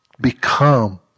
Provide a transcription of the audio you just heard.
become